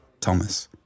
Thomas